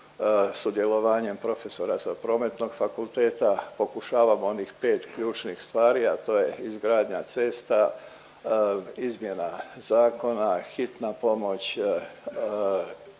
sudjelovanjem profesora sa Prometnog fakulteta pokušavamo onih pet ključnih stvari, a to je izgradnja cesta, izmjena zakona, hitna pomoć,